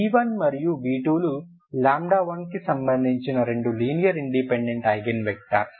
v1 మరియు v2 లు 1 కి సంబంధించిన రెండు లీనియర్ ఇండిపెండెంట్ ఐగెన్ వెక్టర్స్